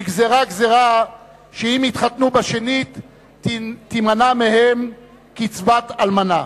נגזרה גזירה שאם יתחתנו בשנית תימנע מהן קצבת אלמנה.